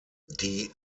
die